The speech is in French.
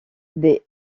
des